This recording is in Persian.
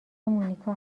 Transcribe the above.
مونیکا